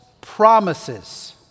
Promises